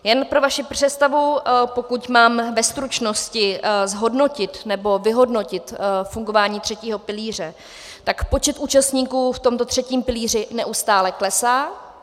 Jen pro vaši představu, pokud mám ve stručnosti zhodnotit nebo vyhodnotit fungování třetího pilíře, tak počet účastníků v tomto třetím pilíři neustále klesá.